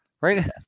Right